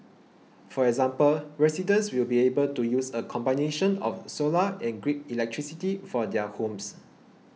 for example residents will be able to use a combination of solar and grid electricity for their homes